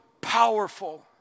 powerful